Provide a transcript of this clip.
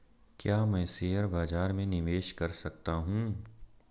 क्या मैं शेयर बाज़ार में निवेश कर सकता हूँ?